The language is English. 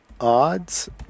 odds